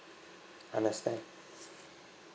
understand